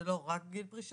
זה לא רק גיל פרישה,